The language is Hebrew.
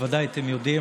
בוודאי אתם יודעים,